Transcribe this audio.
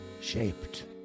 shaped